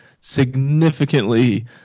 significantly